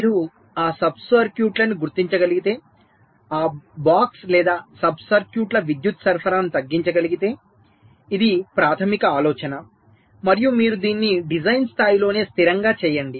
మీరు ఆ సబ్ సర్క్యూట్లను గుర్తించగలిగితే ఆ బ్లాక్స్ లేదా సబ్ సర్క్యూట్ల విద్యుత్ సరఫరాను తగ్గించగలిగితే ఇది ప్రాథమిక ఆలోచన మరియు మీరు దీన్ని డిజైన్ స్థాయిలోనే స్థిరంగా చేయండి